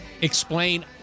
Explain